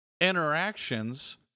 interactions